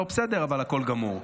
לא בסדר, אבל הכול גמור.